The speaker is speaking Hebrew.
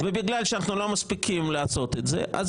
ובגלל שאנחנו לא מספיקים לעשות את זה אז